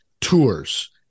tours